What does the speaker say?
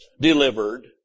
delivered